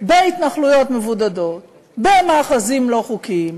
בהתנחלויות מבודדות, במאחזים לא חוקיים,